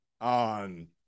on